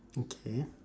okay